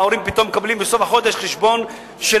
וההורים פתאום מקבלים בסוף החודש חשבון של